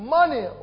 Money